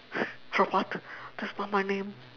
robot that's not my name